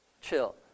chill